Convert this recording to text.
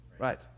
Right